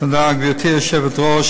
תודה, גברתי היושבת-ראש.